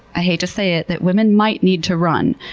i hate to say it, that women might need to run,